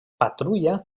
patrulla